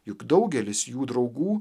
juk daugelis jų draugų